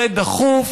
זה דחוף,